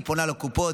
היא פונה לקופות,